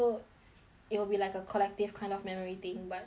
it will be like a collective kind of memory thing but well